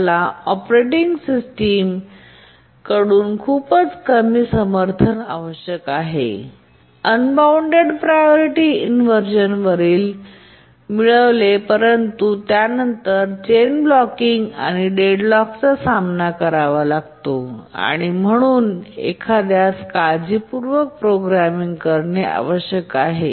त्याला operating system कडून खूपच कमी समर्थन आवश्यक आहे अनबॉऊण्डेड प्रायोरिटी इनव्हर्झनवरील मिळविते परंतु नंतर त्याला चेन ब्लॉकिंग आणि डेडलॉक्सचा सामना करावा लागतो आणि म्हणून एखाद्यास काळजीपूर्वक प्रोग्राम करणे आवश्यक आहे